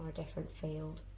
different field.